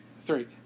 three